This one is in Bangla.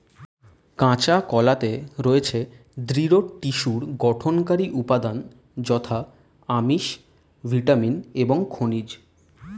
কাঁচা কলাতে রয়েছে দৃঢ় টিস্যুর গঠনকারী উপাদান যথা আমিষ, ভিটামিন এবং খনিজ